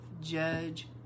Judge